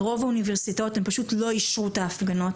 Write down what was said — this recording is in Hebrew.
ברוב האוניברסיטאות פשוט לא אישרו את ההפגנות